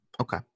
Okay